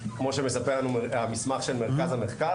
כמו שמספר לנו המסמך של מרכז המחקר,